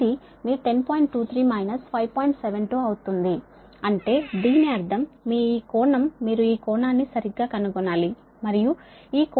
72 అవుతుంది అంటే దీని అర్థం మీ ఈ కోణం మీరు ఈ కోణాన్ని సరిగ్గా కనుగొనాలి మరియు ఈ కోణం వాస్తవానికి 4